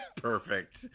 perfect